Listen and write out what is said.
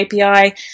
API